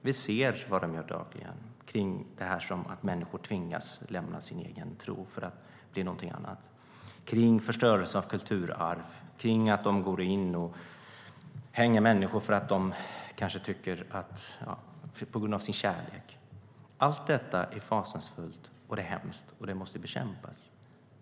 Vi ser vad de gör dagligen - att de tvingar människor att lämna sin egen tro för att bli någonting annat, att de förstör kulturarv, att de går in och hänger människor på grund av deras kärlek. Allt detta är fasanfullt och hemskt, och det måste bekämpas.